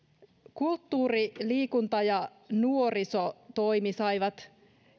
kulttuuri liikunta ja nuorisotoimi saivat